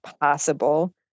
possible